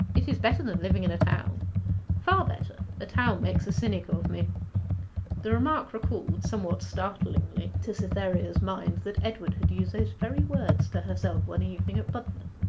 it is better than living in a town far better. a town makes a cynic of me the remark recalled, somewhat startlingly, to cytherea's mind, that edward had used those very words to herself one evening at budmouth.